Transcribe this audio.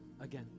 again